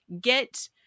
get